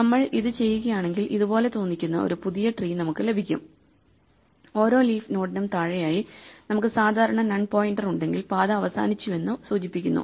നമ്മൾ ഇത് ചെയ്യുകയാണെങ്കിൽ ഇത് പോലെ തോന്നിക്കുന്ന ഒരു പുതിയ ട്രീ നമുക്ക് ലഭിക്കും ഓരോ ലീഫ് നോഡിനും താഴെയായി നമുക്ക് സാധാരണ നൺ പോയിന്റർ ഉണ്ടെങ്കിൽ പാത അവസാനിച്ചുവെന്ന് സൂചിപ്പിക്കുന്നു